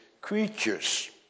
creatures